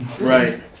Right